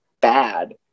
bad